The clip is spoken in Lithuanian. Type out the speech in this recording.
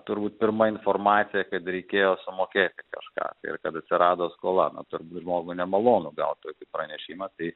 turbūt pirma informacija kad reikėjo sumokėti kažką ir kad atsirado skola na turbūt žmogui nemalonu gaut tokį pranešimą tai